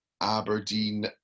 Aberdeen